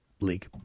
League